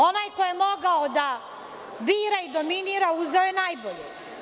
Onaj ko je mogao da bira i dominira uzeo je najbolje.